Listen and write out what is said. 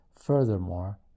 furthermore